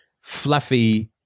fluffy